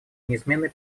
неизменной